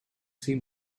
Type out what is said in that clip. seem